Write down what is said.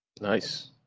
Nice